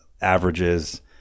averages